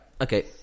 Okay